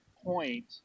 point